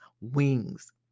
wings